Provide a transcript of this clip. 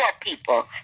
people